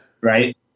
Right